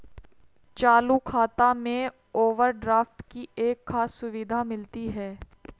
चालू खाता में ओवरड्राफ्ट की एक खास सुविधा मिलती है